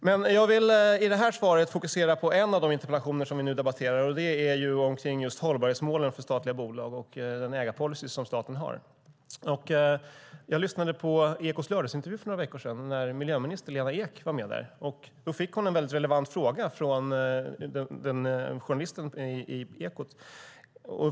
Men i det här svaret vill jag fokusera på en av de interpellationer vi nu debatterar och som rör hållbarhetsmålen för statliga bolag och den ägarpolicy staten har. Jag lyssnade på Ekots lördagsintervju för några veckor sedan när miljöminister Lena Ek var med där. Hon fick en väldigt relevant fråga från Ekots journalist.